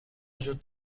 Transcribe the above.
وجود